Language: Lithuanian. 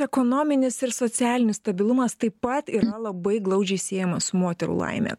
ekonominis ir socialinis stabilumas taip pat yra labai glaudžiai siejamas su moterų laime